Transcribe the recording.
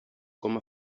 coma